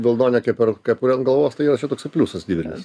vilnonę kepurę ant galvos tai yra čia toksai pliusas didelis